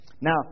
Now